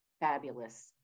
fabulous